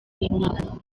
y’imana